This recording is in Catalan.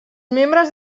membres